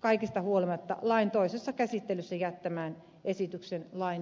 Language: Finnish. kaikesta huolimatta lain toisessa käsittelyssä jättämään esityksen lain hylkäämisestä